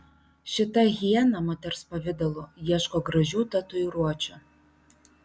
šita hiena moters pavidalu ieško gražių tatuiruočių